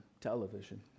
television